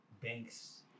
Banks